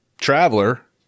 traveler